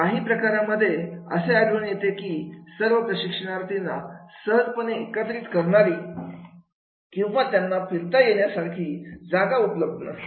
काही प्रकारांमध्ये असे आढळून येते की सर्व प्रशिक्षणार्थींना सहजपणे एकत्रित करणारी किंवा त्यांना फिरता येण्यासारखी जागा उपलब्ध नसते